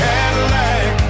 Cadillac